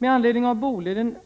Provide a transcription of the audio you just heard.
Med anledning av Boliden